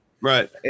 right